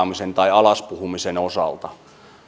alaspuhumisen osalta